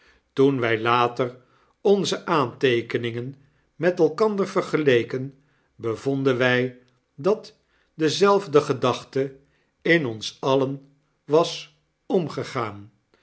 toen wy later onze aanteekeningen met elkander vergeleken bevonden wij dat dezelfdegedachte in ons alien was omgegaan